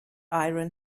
iron